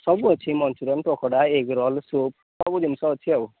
ସବୁ ଅଛି manchurian pakoda egg roll soup ସବୁ ଜିନିଷ ଅଛି ଆଉ